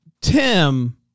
Tim